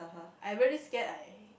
I really scare I